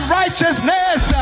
righteousness